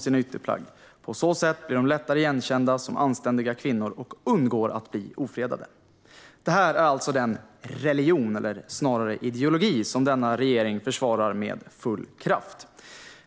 sig sina ytterplagg; på så sätt blir de lättare igenkända som anständiga kvinnor och undgår att bli ofredade. Detta är alltså den religion, eller snarare ideologi, som denna regering försvarar med full kraft.